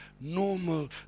normal